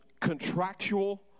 contractual